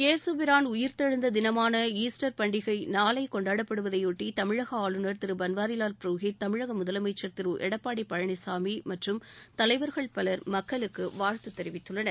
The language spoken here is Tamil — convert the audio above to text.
ஏகபிரான் உயிர்த்தெழுந்த தினமானாஸ்டர் பண்டிகை நாளை கொண்டாடப்படுவதையொட்டி தமிழக ஆளுனர் திரு பன்வாரிவால் புரோஹித் தமிழக முதலனமச்சர் திரு எடப்பாடி பழனிசாமி தலைவர்கள் பலர் மக்களுக்கு வாழ்த்து தெரிவித்துள்ளனர்